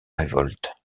révoltes